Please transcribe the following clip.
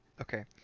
Okay